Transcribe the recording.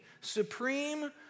supreme